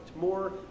more